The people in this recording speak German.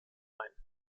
ein